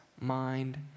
mind